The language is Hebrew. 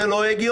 זה לא הגיוני.